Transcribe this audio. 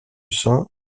sein